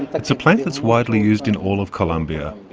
it's a plant that's widely used in all of colombia.